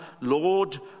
Lord